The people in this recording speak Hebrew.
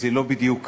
זה לא בדיוק כך.